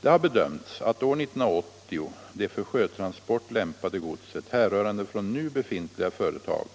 Det har bedömts att år 1980 det för sjötransport lämpade godset, härrörande från nu befintliga företag,